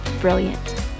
brilliant